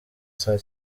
saa